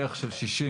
בערך של 60,